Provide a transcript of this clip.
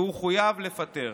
והוא חויב לפטר.